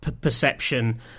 perception